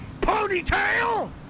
Ponytail